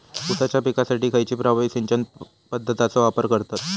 ऊसाच्या पिकासाठी खैयची प्रभावी सिंचन पद्धताचो वापर करतत?